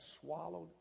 swallowed